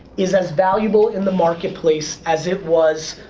is as valuable in the marketplace as it was,